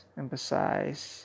emphasize